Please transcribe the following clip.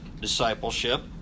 discipleship